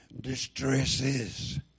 distresses